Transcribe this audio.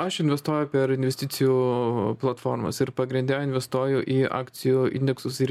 aš investuoju per investicijų platformas ir pagrinde investuoju į akcijų indeksus ir